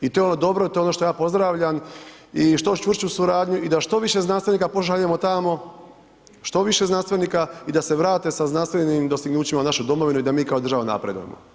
I to je ono dobro i to je ono što ja pozdravljam i što čvršću suradnju i da što više znanstvenika pošaljemo tamo, što više znanstvenika i da se vrate sa znanstvenim dostignućima u našu domovinu i da mi kao država napredujemo.